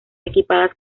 equipadas